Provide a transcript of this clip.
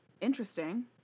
interesting